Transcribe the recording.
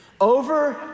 over